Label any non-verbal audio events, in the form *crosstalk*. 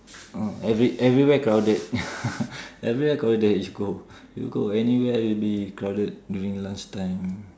oh every everywhere crowded *laughs* everywhere crowded if go you go anywhere will be crowded during lunch time